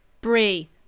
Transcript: Brie